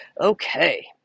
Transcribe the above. Okay